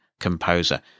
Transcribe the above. composer